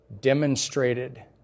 demonstrated